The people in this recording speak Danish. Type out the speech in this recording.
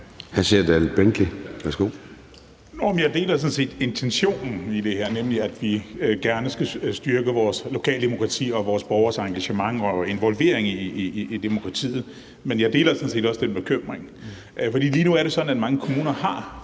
sådan set intentionen i det her, nemlig at vi gerne skulle styrke vores lokaldemokrati og vores borgeres engagement og involvering i demokratiet. Men jeg deler sådan set også den bekymring, for lige nu er det sådan, at mange kommuner har